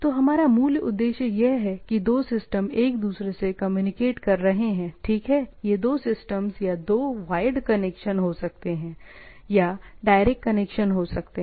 तो हमारा मूल उद्देश्य यह है कि दो सिस्टम एक दूसरे से कम्युनिकेट कर रहे हैं ठीक है यह दो सिस्टम्स या तो वायर्ड कनेक्शन हो सकते है या डायरेक्ट कनेक्शन हो सकते हैं